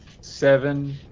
seven